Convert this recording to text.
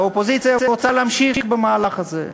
האופוזיציה רוצה להמשיך במהלך הזה,